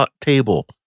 table